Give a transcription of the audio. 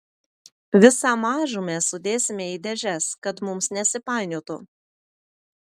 visą mažumę sudėsime į dėžes kad mums nesipainiotų